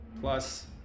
plus